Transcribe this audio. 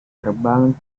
terbang